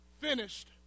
finished